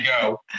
go